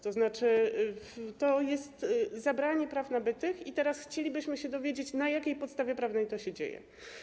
To znaczy to jest zabranie praw nabytych i teraz chcielibyśmy się dowiedzieć, na jakiej podstawie prawnej to się dzieje.